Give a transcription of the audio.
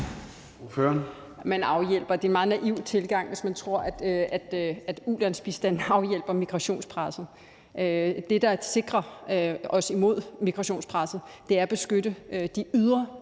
at afhjælpe. Det er en meget naiv tilgang, hvis man tror, at ulandsbistanden afhjælper migrationspresset. Det, der sikrer os imod migrationspresset, er at beskytte de ydre